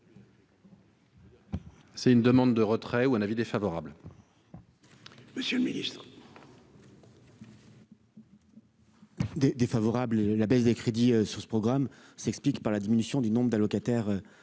C'est une demande de retrait ou un avis défavorable. Monsieur le Ministre. Des défavorable et la baisse des crédits sur ce programme s'explique par la diminution du nombre d'allocataires